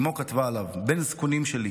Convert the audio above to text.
אימו כתבה עליו: בן זקונים שלי,